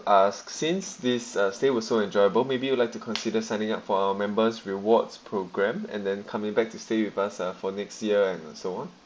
uh since this uh stay also enjoyable maybe you'd like to consider signing up for our members rewards programme and then coming back to stay with us uh for next year and so on